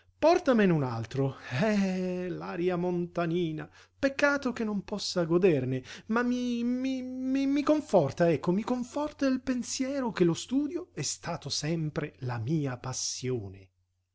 bis portamene un altro eh l'aria montanina peccato che non possa goderne a mi mi conforta ecco mi conforta il pensiero che lo studio è stato sempre la mia passione